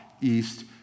east